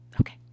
Okay